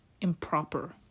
improper